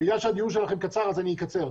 בגלל שהדיון שלכם קצר אז אני אקצר,